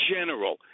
general